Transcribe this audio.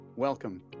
Welcome